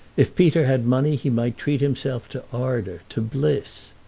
if peter had money he might treat himself to ardour, to bliss.